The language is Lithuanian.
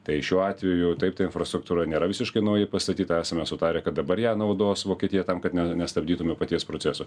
tai šiuo atveju taip ta infrastruktūra nėra visiškai naujai pastatyta esame sutarę kad dabar ją naudos vokietija tam kad ne nestabdytume paties proceso